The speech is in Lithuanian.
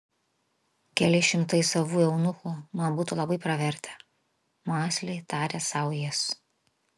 keli šimtai savų eunuchų man būtų labai pravertę mąsliai tarė sau jis